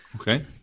Okay